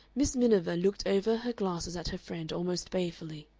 miss miniver looked over her glasses at her friend almost balefully.